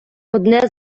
одне